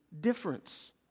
difference